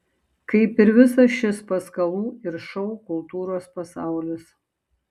kaip ir visas šis paskalų ir šou kultūros pasaulis